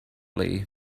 lee